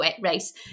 race